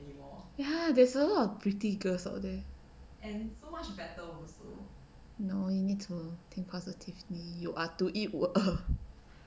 ya there's a pretty girls out there know you need to think positively you are to eat water